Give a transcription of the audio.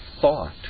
thought